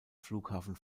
flughafen